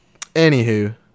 Anywho